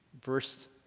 verse